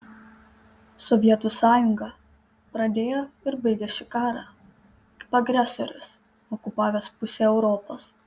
sovietų sąjunga pradėjo ir baigė šį karą kaip agresorius okupavęs pusę europos